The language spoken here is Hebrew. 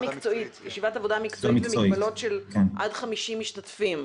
מקצועית במגבלות של עד 50 משתתפים.